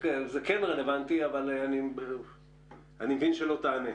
זה רלוונטי אבל אני מבין שלא תענה.